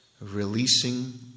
releasing